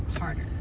harder